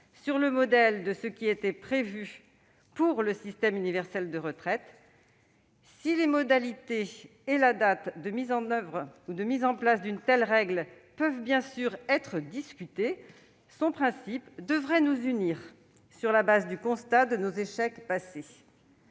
sur le modèle de ce qui était prévu pour le système universel de retraite. Si les modalités et la date de mise en place d'une telle règle peuvent bien sûr être discutées, son principe devrait nous unir, pour peu que nous fondions notre jugement sur nos échecs passés.